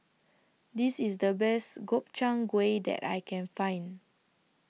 This IS The Best Gobchang Gui that I Can Find